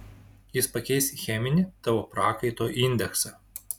jis pakeis cheminį tavo prakaito indeksą